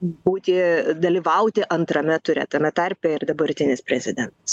būti dalyvauti antrame ture tame tarpe ir dabartinis prezidentas